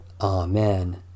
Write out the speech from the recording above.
Amen